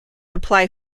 apply